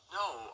no